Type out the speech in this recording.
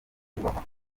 kubakwa